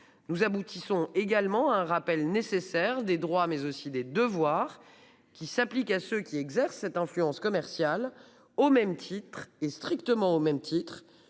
Nous aboutissons également un rappel nécessaire des droits mais aussi des devoirs qui s'applique à ceux qui exerce cette influence commerciale au même titre et strictement au même titre